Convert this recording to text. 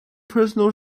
personal